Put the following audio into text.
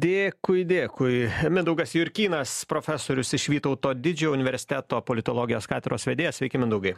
dėkui dėkui mindaugas jurkynas profesorius iš vytauto didžiojo universiteto politologijos katedros vedėjas sveiki mindaugai